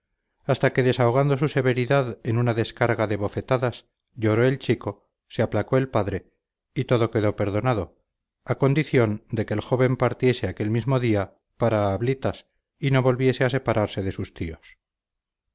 hasta que desahogando su severidad en una descarga de bofetadas lloró el chico se aplacó el padre y todo quedó perdonado a condición de que el joven partiese aquel mismo día para ablitas y no volviese a separarse de sus tíos